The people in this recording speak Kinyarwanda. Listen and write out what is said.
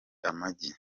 amagi